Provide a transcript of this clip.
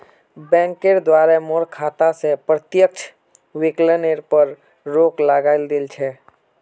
बैंकेर द्वारे मोर खाता स प्रत्यक्ष विकलनेर पर रोक लगइ दिल छ